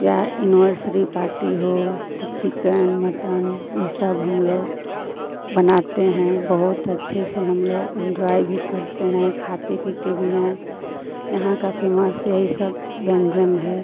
या anniversary party हो तो चिक़न मटन यह सब हमलोग बनाते हैं बहुत अच्छे से हमलोग एन्ज़ॉय भी करते हैं खाते पीते भी हैं यहाँ का फ़ेमस यही सब व्यंजन है